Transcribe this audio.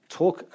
talk